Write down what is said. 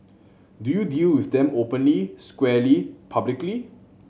do you deal with them openly squarely publicly